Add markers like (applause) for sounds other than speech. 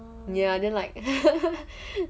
ya then like (laughs)